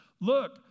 Look